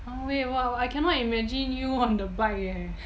oh wait I cannot imagine you on the bike eh